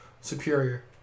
superior